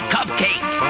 Cupcake